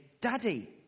Daddy